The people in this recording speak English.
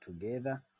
together